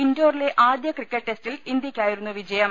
ഇൻഡോറിലെ ആദ്യ ക്രിക്കറ്റ് ടെസ്റ്റിൽ ഇന്ത്യക്കായിരുന്നു വിജയം